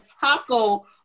taco